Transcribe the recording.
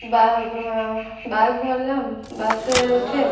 বা বাস ধরলাম বাসে উঠে